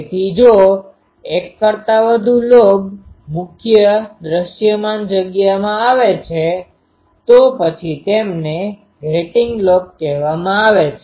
તેથી જો એક કરતા વધુ મુખ્ય લોબ દૃશ્યમાન જગ્યામાં આવે છે તો પછી તેમને ગ્રેટિંગ લોબ કહેવામાં આવે છે